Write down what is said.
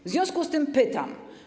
W związku z tym pytam.